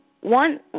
one